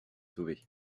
sauver